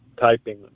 typing